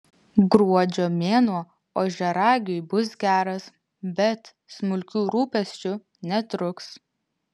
gruodžio mėnuo ožiaragiui bus geras bet smulkių rūpesčių netrūks